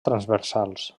transversals